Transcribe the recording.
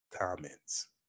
comments